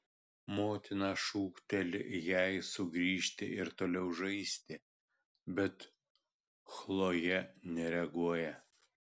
motina šūkteli jai sugrįžti ir toliau žaisti bet chlojė nereaguoja